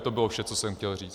To bylo vše, co jsem chtěl říct.